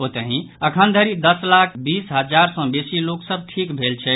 ओतहि अखन धरि दस लाख बीस हजार सँ बेसी लोक सभ ठीक भेल छथि